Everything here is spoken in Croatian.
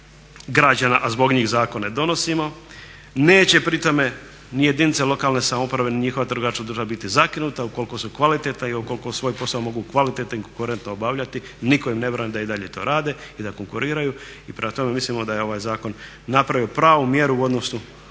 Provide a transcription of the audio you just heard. a zbog njih zakone donosimo, neće pri tome ni jedinice lokalne samouprave ni njihova trgovačka društva biti zakinuta ukoliko su kvalitetna i ukoliko svoj posao mogu kvalitetno i korektno obavljati, nitko im ne brani da i dalje to rade i da konkuriraju. I prema tome mislimo da je ovaj zakon napravio pravu mjeru u odnosu